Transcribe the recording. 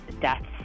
deaths